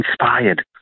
inspired